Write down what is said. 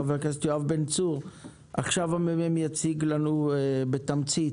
חבר הכנסת יואב בן צור ה-ממ"מ יציג לנו עכשיו בתמצית